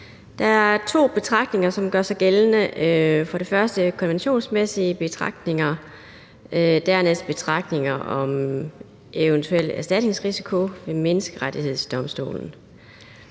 Der er to betragtninger, som gør sig gældende. For det første nogle konventionsmæssige betragtninger og dernæst betragtninger om eventuel erstatningsrisiko ved Menneskerettighedsdomstolen.